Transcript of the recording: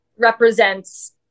represents